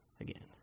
again